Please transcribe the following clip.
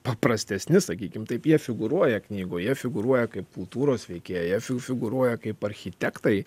paprastesni sakykim taip jie figūruoja knygoje figūruoja kaip kultūros veikėjai jie fi figūruoja kaip architektai